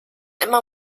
immer